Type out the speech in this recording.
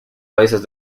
países